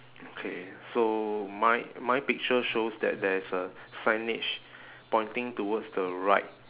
okay so my my picture shows that there is a signage pointing towards the right